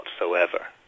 whatsoever